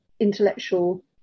intellectual